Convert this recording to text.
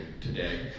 today